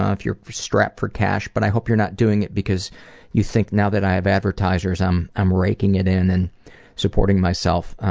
ah if you're strapped for cash, but i hope you're not doing it because you think now that i have advertisers i'm i'm raking it in and supporting myself.